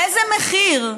באיזה מחיר,